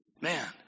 Man